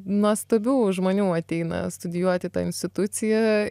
nuostabių žmonių ateina studijuot į tą instituciją